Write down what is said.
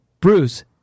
Bruce